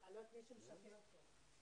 לא, אין דבר כזה לשלם למרכז 'מאיה',